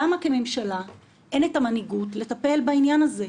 למה לממשלה אין את המנהיגות לטפל בעניין הזה?